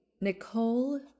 Nicole